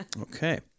Okay